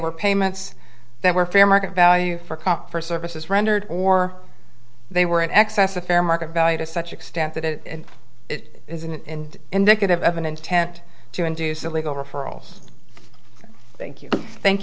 were payments that were fair market value for comp for services rendered or they were in excess of fair market value to such extent that it is in indicative of an intent to induce illegal referrals thank you thank